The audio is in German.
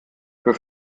für